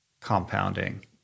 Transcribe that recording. Compounding